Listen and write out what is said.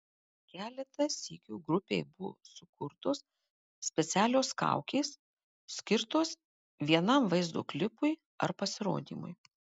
keletą sykių grupei buvo sukurtos specialios kaukės skirtos vienam vaizdo klipui ar pasirodymui